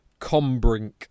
Combrink